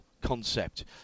concept